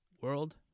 world